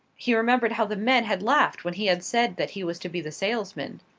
he remembered how the men had laughed when he had said that he was to be the salesman.